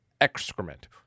excrement